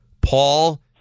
Paul